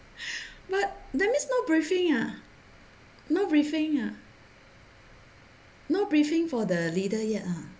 but that means no briefing ah no briefing ah no briefing for the leader yet ah